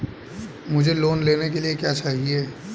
मुझे लोन लेने के लिए क्या चाहिए?